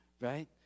right